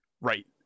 right